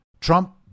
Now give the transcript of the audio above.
Trump